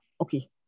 okay